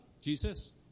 Jesus